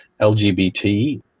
LGBT